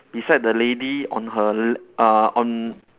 beside the lady on her le~ uh on